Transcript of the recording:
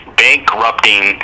bankrupting